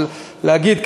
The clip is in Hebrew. להגיד,